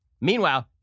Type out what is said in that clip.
Meanwhile